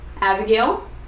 Abigail